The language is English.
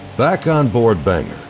back onboard banger,